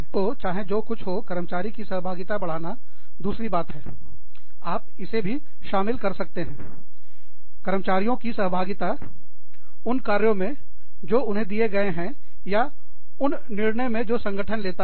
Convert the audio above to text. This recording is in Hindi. तो चाहे जो कुछ हो कर्मचारी की सहभागिता बढ़ाना दूसरी बात है आप इसे भी शामिल कर सकते हैं कर्मचारियों की सहभागिता उन कार्यों में जो उन्हें दिए गए हैं या उन निर्णय में जो संगठन लेता है